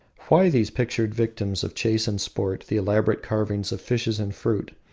why these pictured victims of chase and sport, the elaborate carvings of fishes and fruit?